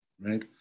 right